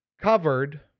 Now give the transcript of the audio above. covered